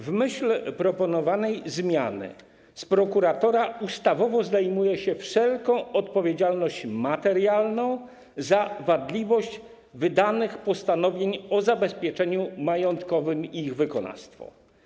W myśl proponowanej zmiany z prokuratora ustawowo zdejmuje się wszelką odpowiedzialność materialną za wadliwość wydanych postanowień o zabezpieczeniu majątkowym i ich wykonawstwo.